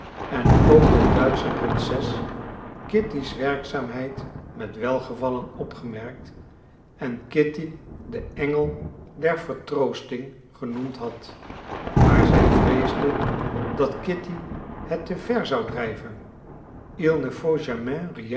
en ook de duitsche prinses kitty's werkzaamheid met welgevallen opgemerkt en kitty den engel der vertroosting genoemd had maar zij vreesde dat kitty het te ver zou drijven